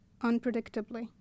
unpredictably